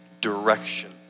direction